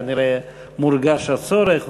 כנראה מורגש הצורך,